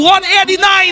189